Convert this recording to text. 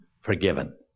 forgiven